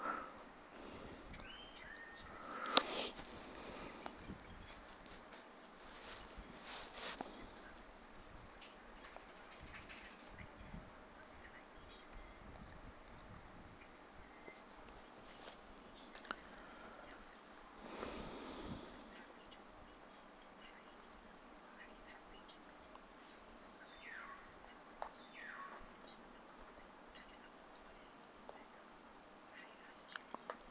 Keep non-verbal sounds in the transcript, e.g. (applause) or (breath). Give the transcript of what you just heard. (breath)